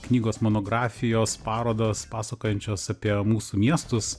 knygos monografijos parodos pasakojančios apie mūsų miestus